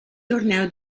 torneo